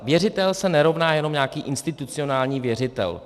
Věřitel se nerovná jenom nějaký institucionální věřitel.